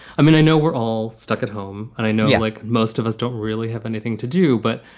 i mean, i know we're all stuck at home, and i know you, like most of us, don't really have anything to do, but.